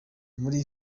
muri